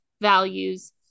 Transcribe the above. values